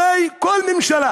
הרי כל ממשלה